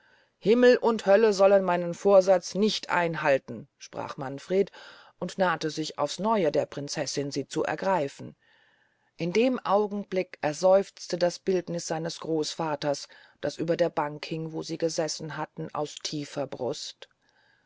himmel und hölle sollen meinem vorsatz nicht einhalten sprach manfred und nahte sich aufs neue der prinzessin sie zu ergreifen in dem augenblick erseufzte das bildniß seines großvaters das über der bank hing wo sie gesessen hatten aus tiefer brust